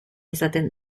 izaten